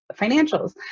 financials